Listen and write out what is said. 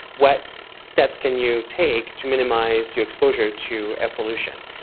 what steps can you take to minimise your exposure to air pollution?